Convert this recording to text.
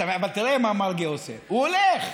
אבל תראה מה מרגי עושה, הוא הולך.